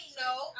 no